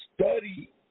study